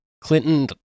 Clinton